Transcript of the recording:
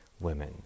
women